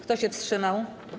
Kto się wstrzymał?